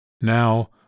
Now